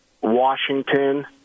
Washington